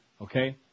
Okay